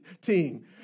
team